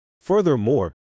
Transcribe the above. furthermore